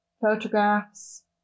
photographs